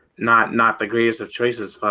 not, not the greatest of choices